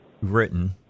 written